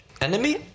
Enemy